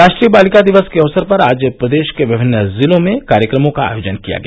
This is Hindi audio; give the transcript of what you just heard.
राष्ट्रीय बलिका दिवस के अवसर पर आज प्रदेश के विभिन्न जिलों में कार्यक्रमों का आयोजन किया गया